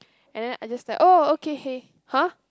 and then I just like oh okay hey [huh]